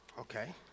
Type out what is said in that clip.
Okay